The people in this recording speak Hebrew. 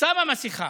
שמה מסכה.